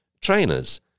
trainers